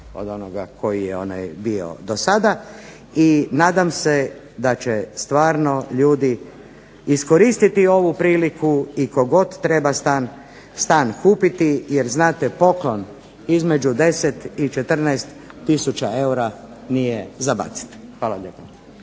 od onoga koji je bio do sada. I nadam se da će stvarno ljudi iskoristiti ovu priliku i tko god treba stan, stan kupiti jer znate poklon između 10 i 14000 eura nije za baciti. Hvala lijepo.